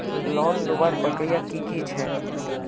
Loan लुबार प्रक्रिया की की छे?